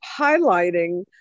highlighting